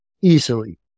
easily